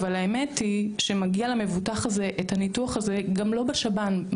אבל האמת היא שמגיע למבוטח הזה את הניתוח הזה גם לא בשב"ן,